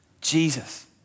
Jesus